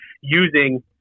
using